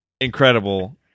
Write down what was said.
Incredible